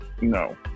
no